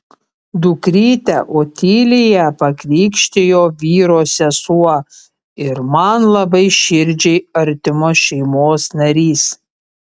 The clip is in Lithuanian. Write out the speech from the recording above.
dukrytę otiliją pakrikštijo vyro sesuo ir man labai širdžiai artimos šeimos narys